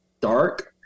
dark